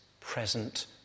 present